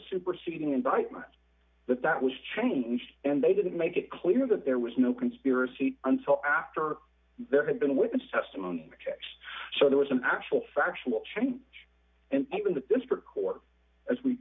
superseding indictment that that was changed and they didn't make it clear that there was no conspiracy until after there had been witness testimony so there was an actual factual change and even the court as we